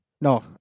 no